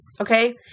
okay